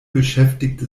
beschäftigte